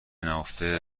نهفته